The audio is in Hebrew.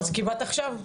כי באת עכשיו.